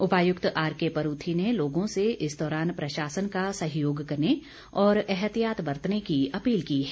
उपायुक्त आरकेपरूथी ने लोगों से इस दौरान प्रशासन का सहयोग करने और एहतियात बरतने की अपील की है